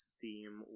theme